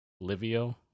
Livio